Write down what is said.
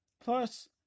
Plus